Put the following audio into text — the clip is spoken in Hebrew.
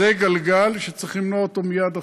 זה גלגל שצריך למנוע אותו מייד עכשיו,